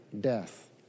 death